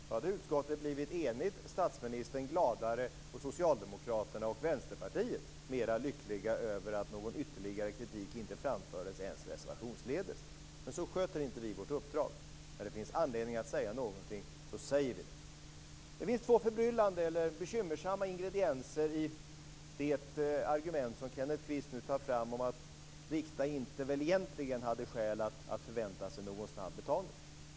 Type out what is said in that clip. Fru talman! Vi hade naturligtvis kunnat avstå från vår reservation, Kenneth Kvist. Då hade utskottet blivit enigt, statsministern gladare och Socialdemokraterna och Vänsterpartiet lyckligare över att någon ytterligare kritik inte framfördes ens reservationsledes. Men så sköter inte vi vårt uppdrag. När det finns anledning att säga någonting så säger vi det. Det finns två förbryllande eller bekymmersamma ingredienser i det argument som Kenneth Kvist nu tar fram om att Rikta väl egentligen inte hade skäl att förvänta sig någon snabb betalning.